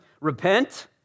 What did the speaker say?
repent